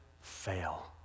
fail